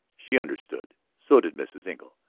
she understood. so did mrs. engle.